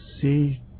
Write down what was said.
see